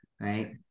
right